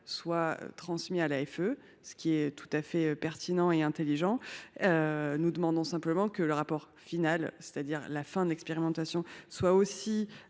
soit transmis à l’AFE, ce qui est tout à fait pertinent et intelligent. Nous demandons simplement que le rapport final, remis à l’issue de l’expérimentation, soit lui